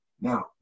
Now